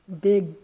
big